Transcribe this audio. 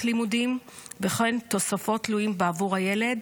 לימודים וכן תוספות תלויים בעבור הילד,